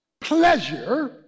pleasure